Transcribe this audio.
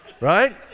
right